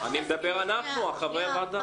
אני מדבר עלינו חברי הוועדה.